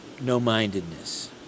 no-mindedness